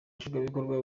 nshingwabikorwa